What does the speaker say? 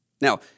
Now